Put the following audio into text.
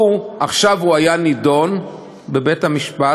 לו עכשיו הוא היה נידון בבית-המשפט,